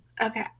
Okay